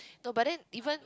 no but then even